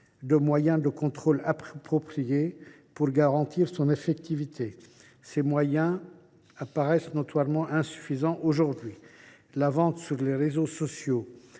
de moyens de contrôle appropriés, pour garantir son effectivité. Ces moyens apparaissent notoirement insuffisants aujourd’hui. La vente sur les réseaux sociaux